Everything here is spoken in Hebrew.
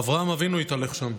אברהם אבינו התהלך שם,